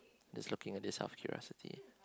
just looking at this out of curiosity